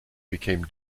became